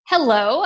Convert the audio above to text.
Hello